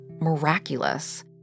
miraculous